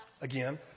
Again